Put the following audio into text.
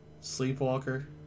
Sleepwalker